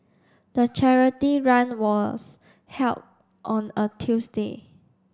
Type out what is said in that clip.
the charity run was held on a Tuesday